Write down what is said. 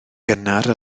gynnar